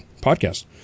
podcast